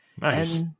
Nice